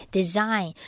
Design